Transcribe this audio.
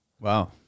Wow